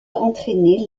entraîner